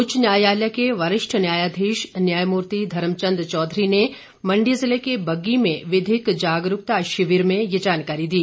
उच्च न्यायालय के वरिष्ठ न्यायाधीश न्यायमूर्ति धर्मचंद चौधरी ने मंडी जिले के बग्गी में विधिक जागरूकता शिविर में ये जानकारी दी